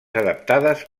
adaptades